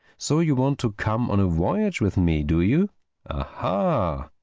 so you want to come on a voyage with me, do you ah hah!